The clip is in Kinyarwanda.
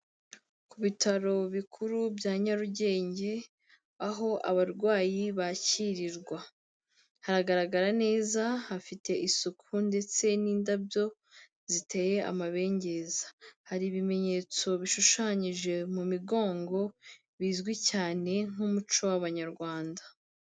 Ku bitaro bikuru bya Nyarugenge aho abarwayi bakirirwa, hagaragara neza hafite isuku ndetse n'indabyo ziteye amabengeza, hari ibimenyetso bishushanyije mu migongo, bizwi cyane nk'umuco w'Abanyarwanda.